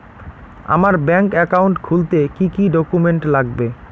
আমার bank account খুলতে কি কি ডকুমেন্ট লাগবে?